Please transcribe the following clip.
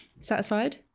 satisfied